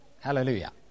Hallelujah